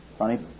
Funny